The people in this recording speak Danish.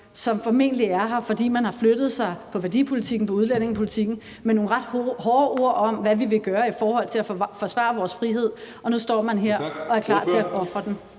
som formentlig er her, fordi man har flyttet sig i værdipolitikken og i udlændingepolitikken med nogle ret hårde ord om, hvad man vil gøre i forhold til at forsvare vores frihed. Og nu står man her og er klar til at ofre den.